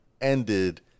ended